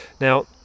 Now